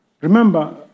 remember